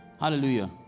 Hallelujah